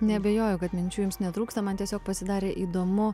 neabejoju kad minčių jums netrūksta man tiesiog pasidarė įdomu